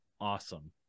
awesome